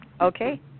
Okay